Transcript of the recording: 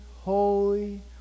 holy